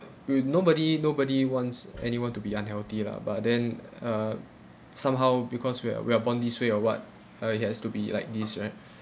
you nobody nobody wants anyone to be unhealthy lah but then uh somehow because we are we are born this way or what uh it has to be like this right